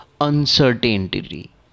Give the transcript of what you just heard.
uncertainty